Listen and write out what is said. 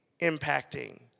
impacting